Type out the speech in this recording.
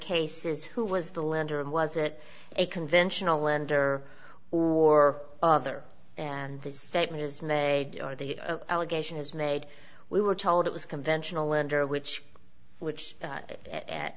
case is who was the lender and was it a conventional lender or other and the statement is made the allegation is made we were told it was a conventional lender which which it at